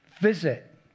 Visit